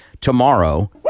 tomorrow